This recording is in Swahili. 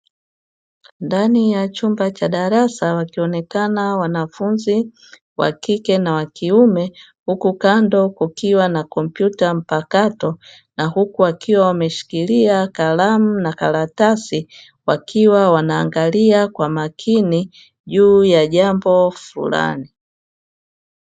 Ndani ya chumba cha darasa wakionekana wanafunzi wakike na wakiume huku kando kukiwa na kompyuta mpakato na huku wakiwa wameshikilia kalamu na karatasi wakiwa wanaangalia kwa makini juu ya jambo fulani.